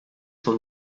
son